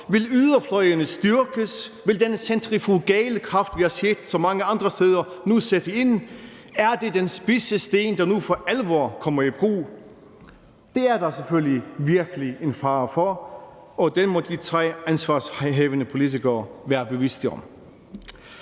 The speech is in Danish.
Vil yderfløjene styrkes? Vil den centrifugalkraft, vi har set så mange andre steder, nu sætte ind? Er det den spidse sten, der nu for alvor kommer i brug? Det er der selvfølgelig virkelig en fare for, og den må de tre ansvarshavende politikere være bevidste om.